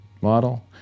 model